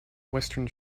western